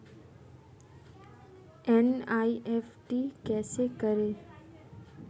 NEFT कैसे करें?